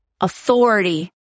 authority